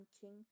king